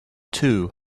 two